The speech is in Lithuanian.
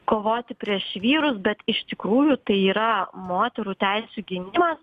kovoti prieš vyrus bet iš tikrųjų tai yra moterų teisių gynimas